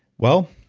well,